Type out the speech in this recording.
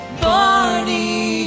Barney